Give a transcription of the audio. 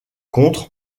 contre